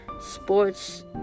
sports